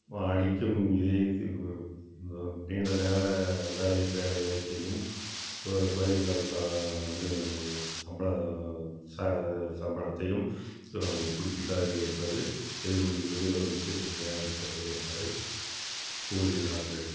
அளிக்கும் இதே இது நீண்ட நேர வேலை வேலை வாய்ப்பையும் கு குறைந்த சல் சா என்று சம்பளம் சா சம்பளத்தையும் கொடுக்கின்றார்கள் என்பது எதிர்கொண்டிருக்கக்கூடிய ஒரு முக்கிய பிரச்சனையாக இருக்கிறது என்பதைக் கூறுகிறார்கள்